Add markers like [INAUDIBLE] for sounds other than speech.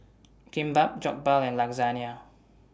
Kimbap Jokbal and [UNINTELLIGIBLE]